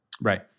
Right